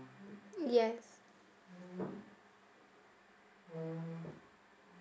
yes